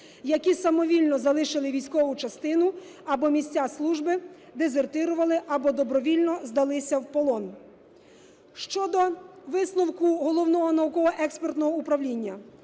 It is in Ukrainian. які самовільно залишили військову частину або місця служби, дезертирували або добровільно здалися в полон Щодо висновку Головного науково-експертного управління.